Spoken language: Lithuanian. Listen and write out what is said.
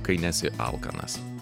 kai nesi alkanas